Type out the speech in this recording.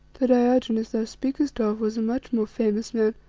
the diogenes thou speakest of was a much more famous man,